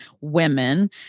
women